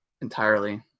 entirely